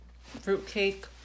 Fruitcake